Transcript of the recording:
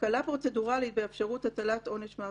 הקלה פרוצדורלית באפשרות הטלת עונש מוות,